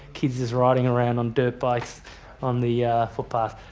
kids just riding around on dirt bikes on the yeah footpath,